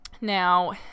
now